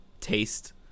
taste